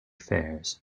fairs